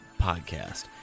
podcast